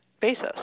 basis